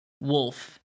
wolf